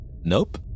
Nope